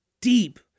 deep